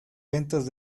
ventas